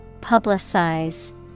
Publicize